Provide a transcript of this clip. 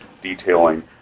detailing